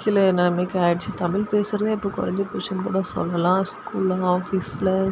கீழ நிலைமைக்கு ஆயிடுச்சு தமிழ் பேசுறதே இப்போ குறஞ்சி போச்சின்னு கூட சொல்லலாம் ஸ்கூலுங்க ஆஃபிஸில்